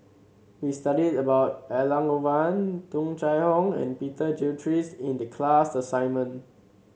we studied about Elangovan Tung Chye Hong and Peter Gilchrist in the class assignment